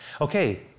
Okay